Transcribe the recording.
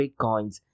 Bitcoins